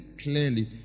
clearly